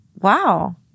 Wow